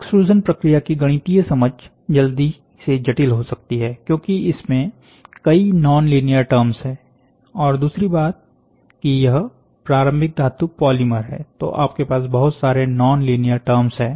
extrusion प्रक्रिया की गणितीय समझ जल्दी से जटिल हो सकती है क्योंकि इसमें कई नॉन लीनियर टर्म्स है और दूसरी बात कि यहा प्रारंभिक धातु पॉलीमर है तो आपके पास बहुत सारे नॉन लीनियर टर्म्स हैं